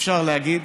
אפשר להגיד: